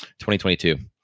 2022